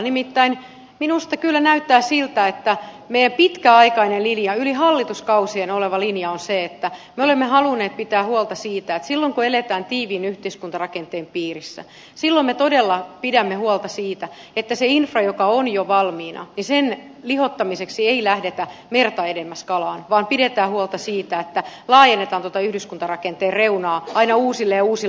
nimittäin minusta kyllä näyttää siltä että meidän pitkäaikainen linjamme yli hallituskausien oleva linjamme on se että me olemme halunneet pitää huolta siitä että silloin kun eletään tiiviin yhteiskuntarakenteen piirissä sillä me todella pidämme huolta siitä sen infran joka on jo valmiina lihottamiseksi ei lähdetä merta edemmäs kalaan vaan pidetään huolta siitä että laajennetaan tuota yhdyskuntarakenteen reunaa aina uusille ja uusille alueille